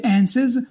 answers